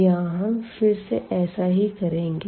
यहाँ हम फिर से ऐसा ही करेंगे